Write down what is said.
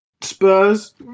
Spurs